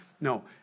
No